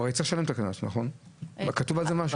הוא הרי צריך לשלם את הקנס, כתוב על זה משהו?